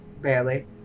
barely